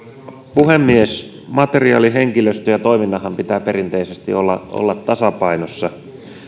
puhemies materiaalin henkilöstön ja toiminnanhan pitää perinteisesti olla olla tasapainossa